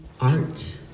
art